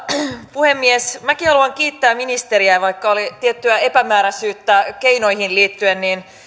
puhemies minäkin haluan kiittää ministeriä vaikka oli tiettyä epämääräisyyttä keinoihin liittyen niin